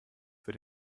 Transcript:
für